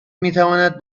میتواند